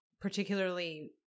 particularly